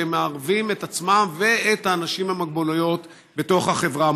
ומערבים את עצמם ואת האנשים עם המוגבלות בתוך החברה.